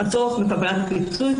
הצורך בקבלת פיצוי.